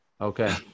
Okay